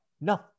No